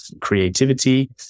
creativity